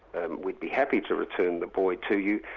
and we'd be happy to return the boy to you,